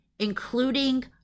including